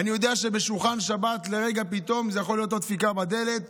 אני יודע שבשולחן שבת לרגע פתאום יכולה להיות דפיקה בדלת,